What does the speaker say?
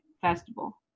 festival